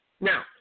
Now